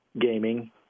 gaming